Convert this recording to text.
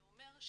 נכון.